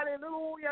hallelujah